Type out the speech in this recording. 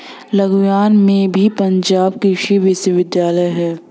लुधियाना में भी पंजाब कृषि विश्वविद्यालय है